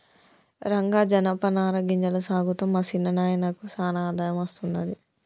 రంగా జనపనార గింజల సాగుతో మా సిన్న నాయినకు సానా ఆదాయం అస్తున్నది